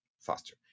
faster